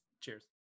cheers